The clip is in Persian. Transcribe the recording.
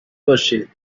باشین